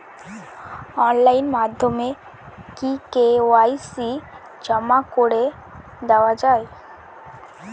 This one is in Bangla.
অনলাইন মাধ্যমে কি কে.ওয়াই.সি জমা করে দেওয়া য়ায়?